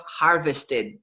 harvested